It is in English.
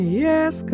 yes